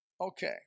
Okay